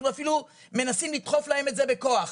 אנחנו אפילו מנסים לדחוף להם את זה בכוח.